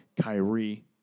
Kyrie